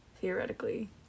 Theoretically